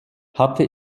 hatte